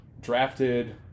drafted